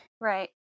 Right